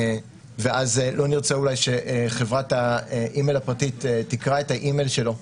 ואז לא נרצה אולי שחברת האימייל הפרטית תקרא את האימייל שלו,